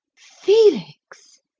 felix!